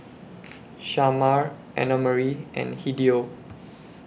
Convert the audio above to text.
Shamar Annamarie and Hideo